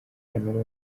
cameroun